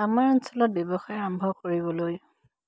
আমাৰ অঞ্চলত ব্যৱসায় আৰম্ভ কৰিবলৈ